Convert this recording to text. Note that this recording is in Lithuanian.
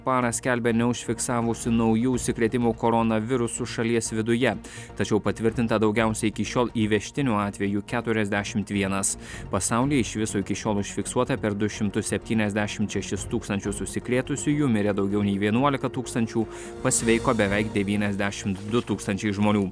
parą skelbia neužfiksavusi naujų užsikrėtimų koronavirusu šalies viduje tačiau patvirtinta daugiausia iki šiol įvežtinių atvejų keturiasdešimt vienas pasaulyje iš viso iki šiol užfiksuota per du šimtus septyniasdešimt šešis tūkstančius užsikrėtusiųjų mirė daugiau nei vienuolika tūkstančių pasveiko beveik devyniasdešimt du tūkstančiai žmonių